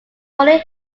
rolling